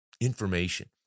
information